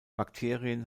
bakterien